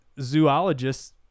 zoologists